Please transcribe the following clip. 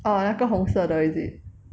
orh 那个红色的 is it